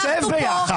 זה שתיהן ביחד.